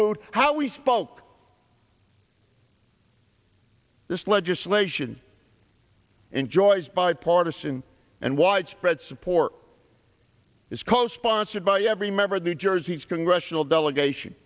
food how we spoke this legislation enjoys bipartisan and widespread support is co sponsored by every member of new jersey's congressional delegation